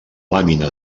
làmina